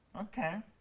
okay